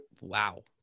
wow